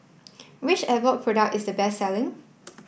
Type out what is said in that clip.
which Abbott product is the best selling